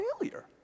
failure